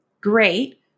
great